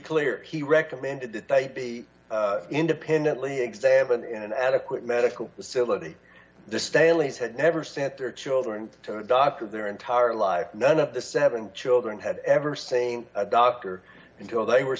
clear he recommended that they be independently examined in an adequate medical facility the staley's had never sent their children to a doctor their entire life none of the seven children had ever saying a doctor until they were